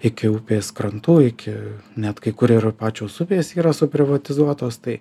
iki upės krantų iki net kai kur ir pačios upės yra suprivatizuotos tai